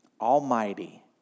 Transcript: Almighty